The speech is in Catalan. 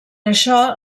això